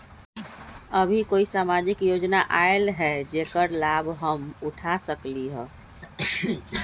अभी कोई सामाजिक योजना आयल है जेकर लाभ हम उठा सकली ह?